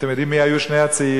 אתם יודעים מי היו שני הצעירים?